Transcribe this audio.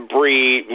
Breed